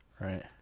Right